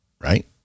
Right